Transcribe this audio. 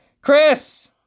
Chris